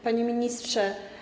Panie Ministrze!